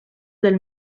del